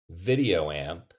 VideoAmp